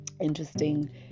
interesting